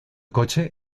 coche